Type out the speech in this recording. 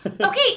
Okay